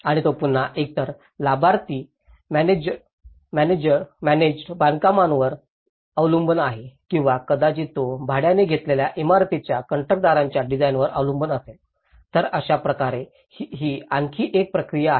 आणि तो पुन्हा एकतर लाभार्थी मॅनेजड बांधकामांवर अवलंबून आहे किंवा कदाचित तो भाड्याने घेतलेल्या इमारतीच्या कंत्राटदारांच्या डिझाइनरवर अवलंबून असेल तर अशा प्रकारे ही आणखी एक प्रक्रिया आहे